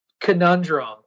conundrum